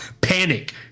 panic